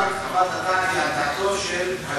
שחוות הדעת היא